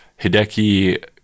Hideki